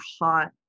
hot